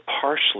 partially